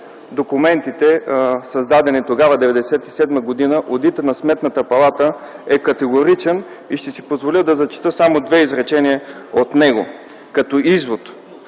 документите, създадени тогава, през 1997 г. одитът на Сметната палата е категоричен. Ще си позволя да прочета само две изречения от него като извод: